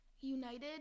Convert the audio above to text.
United